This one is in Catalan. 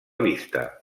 vista